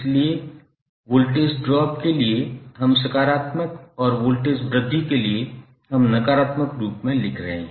इसलिए voltage drop के लिए हम सकारात्मक और वोल्टेज वृद्धि के लिए हम नकारात्मक रूप में लिख रहे हैं